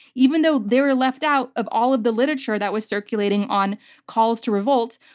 even though they were left out of all of the literature that was circulating on calls to revolt,